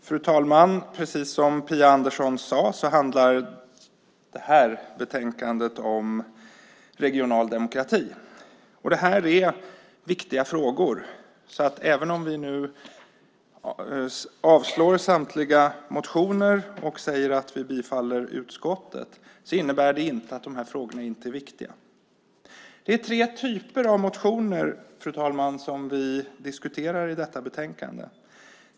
Fru talman! Precis som Phia Andersson sade handlar det här betänkandet om regional demokrati. Det är viktiga frågor. Även om vi nu avstyrker samtliga motioner och säger att vi yrkar bifall till utskottets förslag innebär det inte att de här frågorna inte är viktiga. Det är tre typer av motioner som vi diskuterar i detta betänkande.